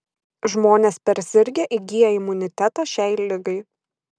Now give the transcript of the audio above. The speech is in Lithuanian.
žmonės persirgę įgyja imunitetą šiai ligai